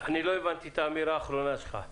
לא הבנתי את האמירה האחרונה שלך.